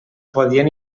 podien